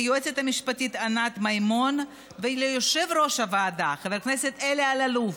ליועצת המשפטית ענת מימון וליושב-ראש הוועדה חבר הכנסת אלי אלאלוף,